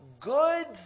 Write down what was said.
good